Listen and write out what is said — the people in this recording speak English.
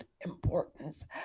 importance